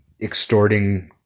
extorting